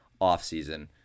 offseason